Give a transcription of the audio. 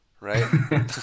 Right